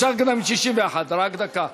משכת גם את 61. רק דקה.